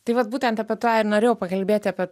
tai vat būtent apie tą ir norėjau pakalbėti apie